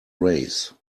race